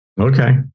Okay